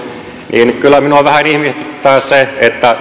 niin kyllä minua vähän ihmetyttää se